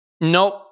Nope